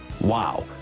Wow